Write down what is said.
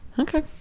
Okay